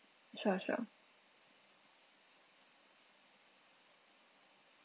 sure sure